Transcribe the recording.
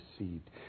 received